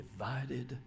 Divided